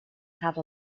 have